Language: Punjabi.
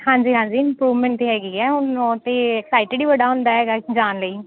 ਹਾਂਜੀ ਹਾਂਜੀ ਇੰਪਰੂਵਮੈਂਟ ਤਾਂ ਹੈਗੀ ਹੈ ਹੁਣ ਉਹ ਤਾਂ ਐਕਸਾਈਟਿਡ ਹੀ ਬੜਾ ਹੁੰਦਾ ਹੈਗਾ ਜਾਣ ਲਈ